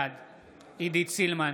עידית סילמן,